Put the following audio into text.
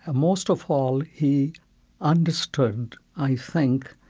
ah most of all, he understood, i think,